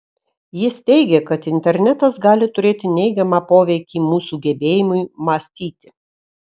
jis teigia kad internetas gali turėti neigiamą poveikį mūsų gebėjimui mąstyti